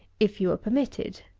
if you were permitted.